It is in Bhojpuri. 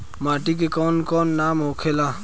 माटी के कौन कौन नाम होखेला?